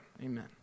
Amen